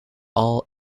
all